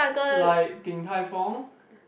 like Din-Tai-Fung